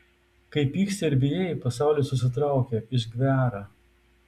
kai pyksti ar bijai pasaulis susitraukia išgvęra